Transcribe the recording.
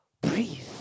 breathe